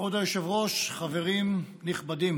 כבוד היושב-ראש, חברים נכבדים,